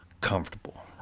Comfortable